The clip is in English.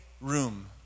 room